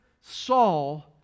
Saul